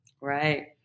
Right